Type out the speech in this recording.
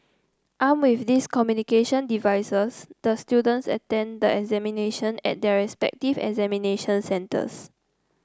armed with these communication devices the students attended the examination at their respective examination centres